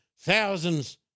thousands